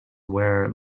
wear